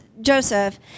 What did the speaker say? Joseph